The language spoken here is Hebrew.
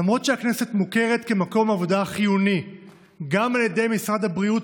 למרות שהכנסת מוכרת כמקום עבודה חיוני גם על ידי משרד הבריאות,